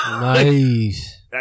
Nice